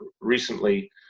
recently